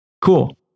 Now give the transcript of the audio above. Cool